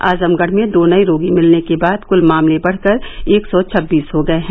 आजमगढ़ में दो नए रोगी मिलने के बाद क्ल मामले बढ़कर एक सौ छबीस हो गये हैं